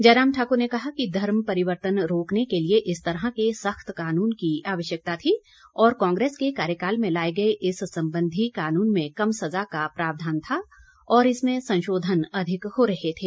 जयराम ठाकुर ने कहा कि धर्म परिवर्तन रोकने के लिए इस तरह के सख्त कानून की आवश्यकता थी और कांग्रेस के कार्यकाल में लाए गए इस संबंधी कानून में कम संजा का प्रावधान था और इसमें संशोधन अधिक हो रहे थे